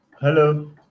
hello